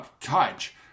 touch